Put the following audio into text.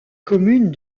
commune